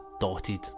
dotted